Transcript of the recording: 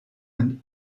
and